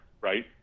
right